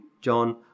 John